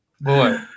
Boy